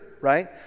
right